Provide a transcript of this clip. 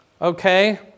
Okay